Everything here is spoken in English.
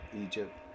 Egypt